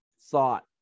thought